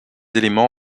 éléments